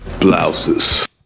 Blouses